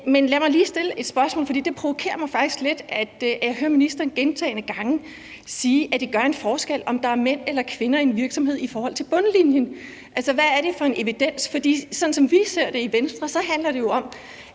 mig lige stille et spørgsmål, for det provokerer mig faktisk lidt, at jeg hører ministeren gentagne gange sige, at det gør en forskel, om der er mænd eller kvinder i en virksomhed i forhold til bundlinjen. Altså, hvad er det for en evidens? For sådan som vi ser det i Venstre, handler det jo om,